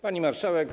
Pani Marszałek!